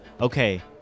Okay